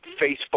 Facebook